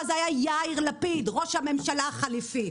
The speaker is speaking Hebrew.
זה היה יאיר לפיד ראש הממשלה החליפי.